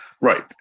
Right